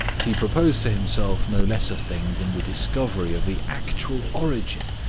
he proposed to himself no less a thing than the discovery of the actual origin,